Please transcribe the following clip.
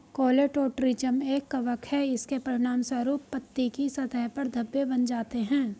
Colletotrichum एक कवक है, इसके परिणामस्वरूप पत्ती की सतह पर धब्बे बन जाते हैं